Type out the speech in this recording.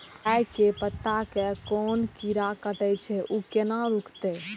मिरचाय के पत्ता के कोन कीरा कटे छे ऊ केना रुकते?